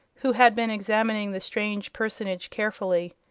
who had been examining the strange personage carefully.